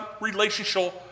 relational